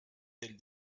tels